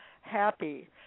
happy